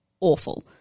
Awful